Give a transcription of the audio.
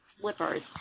slippers